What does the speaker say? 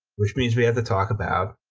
which means we have to talk about.